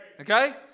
Okay